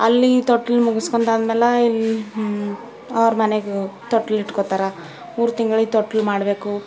ಅಲ್ಲಿ ತೊಟ್ಲು ಮುಗಿಸ್ಕೊಂಡಾದ್ಮೇಲೆ ಇಲ್ಲಿ ಅವ್ರ ಮನೆಗೆ ತೊಟ್ಲು ಇಡ್ಕೋತಾರ ಮೂರು ತಿಂಗ್ಳಿಗೆ ತೊಟ್ಲು ಮಾಡಬೇಕು